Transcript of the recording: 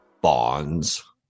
bonds